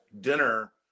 dinner